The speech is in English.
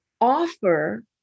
offer